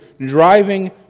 driving